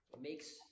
makes